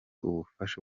ubufasha